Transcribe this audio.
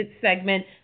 Segment